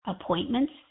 appointments